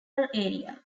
area